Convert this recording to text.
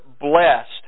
blessed